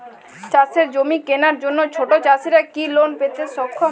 চাষের জমি কেনার জন্য ছোট চাষীরা কি লোন পেতে সক্ষম?